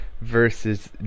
versus